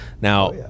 now